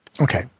Okay